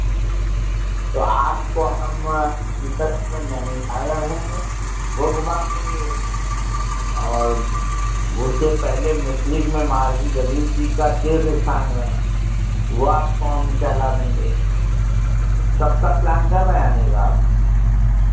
तो आपको हम सीतापुर में नैमिसारण है वो घुमा देंगे और उससे पहेले मिस्रिक में महर्षि दधीच जी का तीर्थ स्थान है वो आपको हम टहला देंगे कब का प्लान कर रहें आने का आप